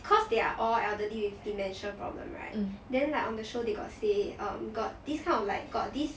cause they are all elderly with dementia problem right then like on the show they got say um got this kind of like got this